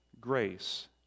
grace